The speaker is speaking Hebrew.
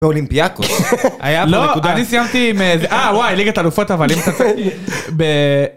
באולימפיאקוס, היה פה נקודה. לא, אני סיימתי עם איזה, אה וואי, ליגת אלופות אבל...